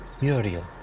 Muriel